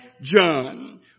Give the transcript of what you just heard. John